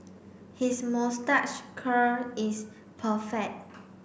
his moustache curl is perfect